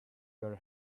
your